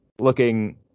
looking